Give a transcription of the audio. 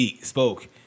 spoke